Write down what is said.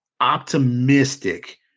optimistic